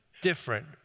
different